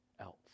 else